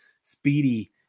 speedy